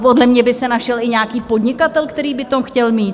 Podle mě by se našel i nějaký podnikatel, který by to chtěl mít.